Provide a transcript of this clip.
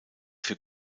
für